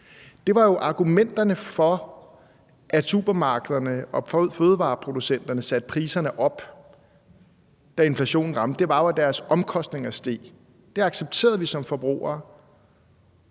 Det var jo argumenterne for, at supermarkederne og fødevareproducenterne satte priserne op, da inflationen ramte, altså at deres omkostninger steg. Det accepterede vi som forbrugere,